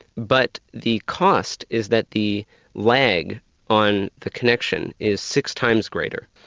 but the cost is that the lag on the connection is six times greater.